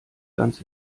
ganz